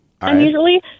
unusually